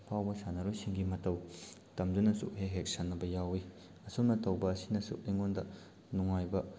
ꯑꯐꯥꯎꯕ ꯁꯥꯟꯅꯔꯣꯏꯁꯤꯡꯒꯤ ꯃꯇꯧ ꯇꯝꯗꯨꯅꯁꯨ ꯍꯦꯛ ꯍꯦꯛ ꯁꯥꯟꯅꯕ ꯌꯥꯎꯏ ꯑꯁꯨꯝꯅ ꯇꯧꯕ ꯑꯁꯤꯅꯁꯨ ꯑꯩꯉꯣꯟꯗ ꯅꯨꯡꯉꯥꯏꯕ